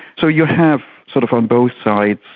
so you have sort of on both sides,